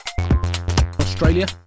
Australia